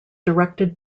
directed